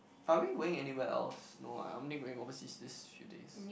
are we going anywhere else no ah I'm only going overseas these few days